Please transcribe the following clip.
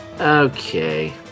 Okay